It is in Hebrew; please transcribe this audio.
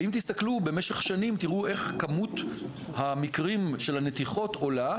ואם תסתכלו במשך שנים תראו איך כמות המקרים של הנתיחות עולה,